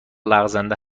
لغزنده